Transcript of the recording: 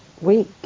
week